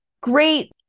great